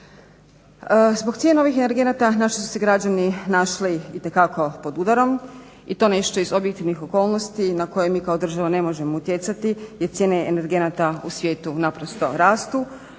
Zbog cijene ovih energenata naši su se građani našli itekako pod udarom i to nešto iz objektivnih okolnosti na koje mi kao država ne možemo utjecati jer cijene energenata u svijetu naprosto rastu,